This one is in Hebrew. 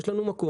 יש לנו מקום,